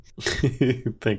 thank